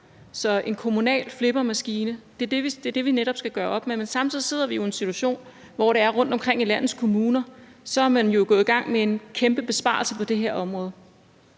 Så en kommunal flippermaskine er det, vi netop skal gøre op med, men samtidig sidder vi jo i en situation, hvor man rundtomkring i landets kommuner er gået i gang med en kæmpe besparelse på det her område.